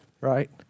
right